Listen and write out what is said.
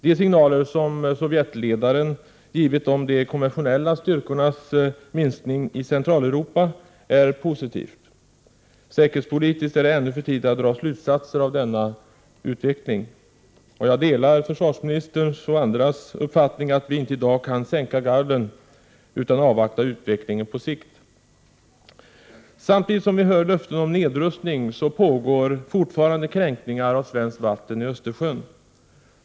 De signaler som Sovjetledaren givit om de konventionella styrkornas minskning i Centraleuropa är positiva. Säkerhetspolitiskt är det ännu för tidigt att dra slutsatser av denna utveckling. Jag delar bl.a. försvarsministerns uppfattning att vi i dag inte kan sänka garden utan måste avvakta utvecklingen på sikt. Samtidigt som vi hör löften om nedrustning pågår fortfarande kränkningar av svenskt vatten i Östersjön.